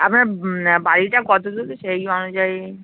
আপনার বাড়িটা কত দূর সেই অনুযায়ী